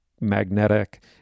magnetic